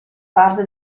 parte